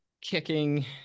kicking